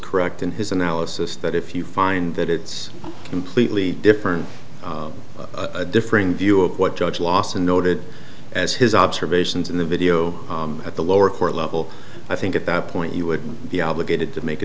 correct in his analysis that if you find that it's completely different a differing view of what judge lawson noted as his observations in the video at the lower court level i think at that point you would be obligated to make a